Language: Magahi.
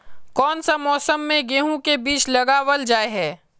कोन सा मौसम में गेंहू के बीज लगावल जाय है